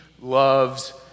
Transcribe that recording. loves